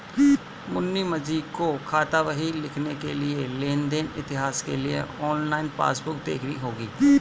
मुनीमजी को खातावाही लिखने के लिए लेन देन इतिहास के लिए ऑनलाइन पासबुक देखनी होगी